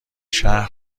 شهر